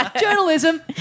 Journalism